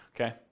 okay